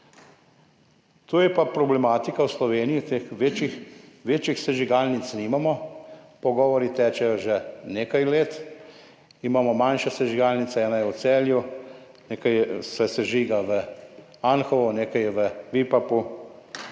To je pa problematika v Sloveniji, ker nimamo večjih sežigalnic. Pogovori tečejo že nekaj let. Imamo manjše sežigalnice, ena je v Celju, nekaj se sežiga v Anhovem, nekaj v Vipapu,